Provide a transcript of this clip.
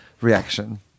reaction